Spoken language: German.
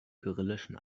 kyrillischen